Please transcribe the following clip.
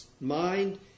mind